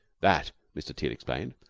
that, mr. teal explained,